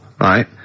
right